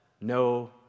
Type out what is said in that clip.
no